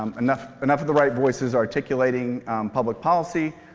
um enough enough of the right voices articulating public policy,